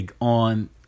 On